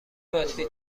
باتری